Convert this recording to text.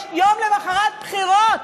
יש יום למוחרת בבחירות,